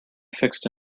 fixed